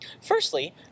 Firstly